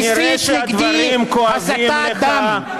אתה מסית נגדי, כנראה הדברים כואבים לך.